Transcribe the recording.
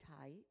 tight